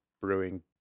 brewing